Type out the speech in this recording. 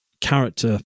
character